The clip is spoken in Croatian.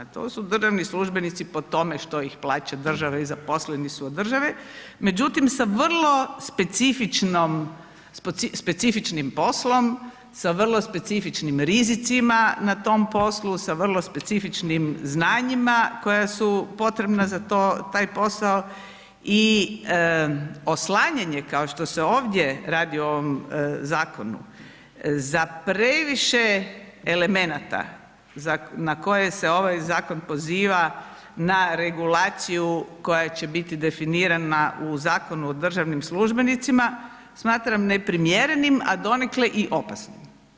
To su državni službenici po tome što ih plaća država i zaposleni su od države, međutim, sa vrlo specifičnim poslom, sa vrlo specifičnim rizicima na tom poslu, sa vrlo specifičnim znanjima koja su potrebna za to, taj posao i oslanjanje kao što se ovdje radi o ovom zakonu za previše elemenata na koje se ovaj zakon poziva na regulaciju koja će biti definirana u Zakonu o državnim službenicima, smatram neprimjerenim, a donekle i opasnim.